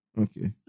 Okay